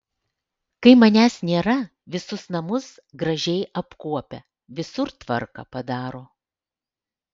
kai manęs nėra visus namus gražiai apkuopia visur tvarką padaro